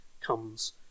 comes